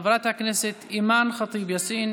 חברת הכנסת אימאן ח'טיב יאסין,